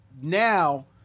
now